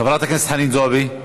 חברת הכנסת חנין זועבי,